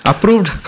Approved